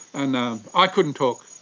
and i couldn't talk.